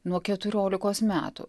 nuo keturiolikos metų